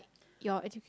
your educate